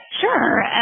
Sure